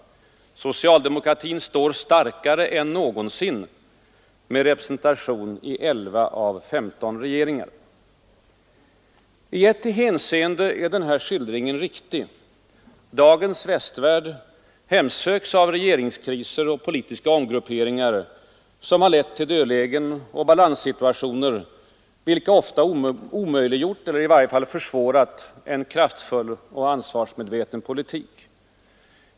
Socialdemokratin står starkare än någonsin med representation i 11 av 15 regeringar. I ett hänseende är skildringen riktig. Dagens västvärld hemsöks av regeringskriser och politiska omgrupperingar som lett till dödlägen och balanssituationer, vilka ofta omöjliggjort eller i varje fall försvårat en kraftfull och ansvarsmedveten politik.